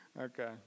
Okay